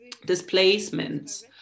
Displacements